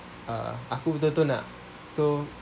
err aku betul-betul nak so